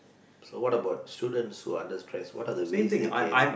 so what about students who are under stress what are the way they can